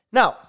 Now